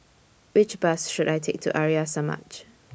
Which Bus should I Take to Arya Samaj